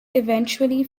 eventually